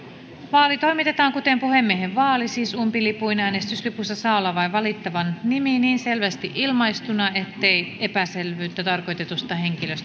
vaali toimitetaan kuten puhemiehen vaali siis umpilipuin äänestyslipussa saa olla vain valittavan nimi niin selvästi ilmaistuna ettei epäselvyyttä tarkoitetusta henkilöstä synny